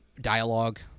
dialogue